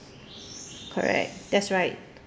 correct that's right